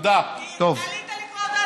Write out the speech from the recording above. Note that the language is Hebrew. תודה רבה לכם.